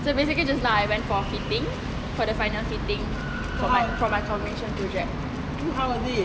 so basically just now I went for meeting for the final meeting for my for my commission project